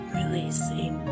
releasing